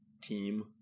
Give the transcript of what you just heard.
team